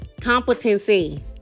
competency